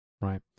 Right